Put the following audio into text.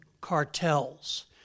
cartels